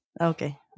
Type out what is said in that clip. Okay